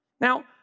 Now